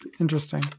Interesting